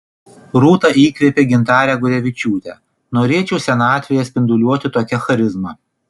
rūta įkvėpė gintarę gurevičiūtę norėčiau senatvėje spinduliuoti tokia charizma